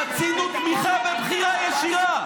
רצינו תמיכה בבחירה ישירה,